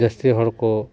ᱡᱟᱹᱥᱛᱤ ᱦᱚᱲ ᱠᱚ